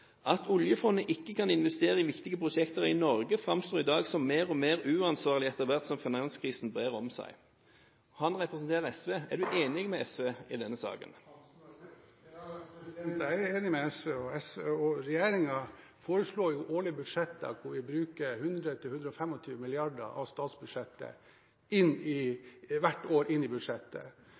«At Oljefondet ikke kan investere i viktige prosjekter i Norge fremstår i dag som mer og mer uansvarlig etter hvert som finanskrisen brer om seg.» Han representerer SV. Er du enig med SV i denne saken? Ja, jeg er enig med SV. Regjeringen foreslår jo årlig å bruke 100 til 125 mrd. kr av statsbudsjettet